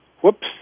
whoops